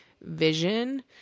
vision